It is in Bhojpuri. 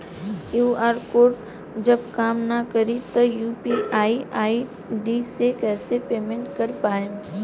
क्यू.आर कोड जब काम ना करी त यू.पी.आई आई.डी से कइसे पेमेंट कर पाएम?